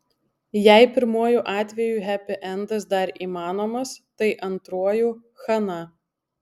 jei pirmuoju atveju hepiendas dar įmanomas tai antruoju chana